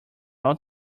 all